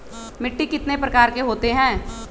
मिट्टी कितने प्रकार के होते हैं?